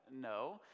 no